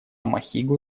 махигу